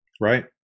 Right